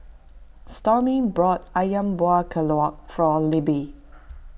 Stormy bought Ayam Buah Keluak for Libbie